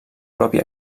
propi